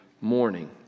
morning